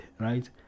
right